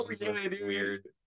weird